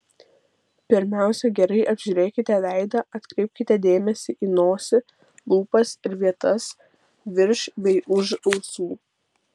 pirmiausia gerai apžiūrėkite veidą atkreipkite dėmesį į nosį lūpas ir vietas virš bei už ausų